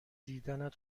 دیدنت